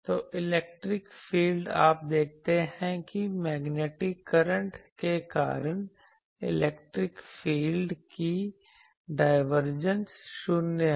तो electric field आप देखते हैं कि मैग्नेटिक करंट के कारण इलेक्ट्रिक फील्ड की डायवर्जन 0 है